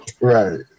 Right